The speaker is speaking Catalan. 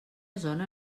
zona